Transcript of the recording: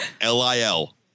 L-I-L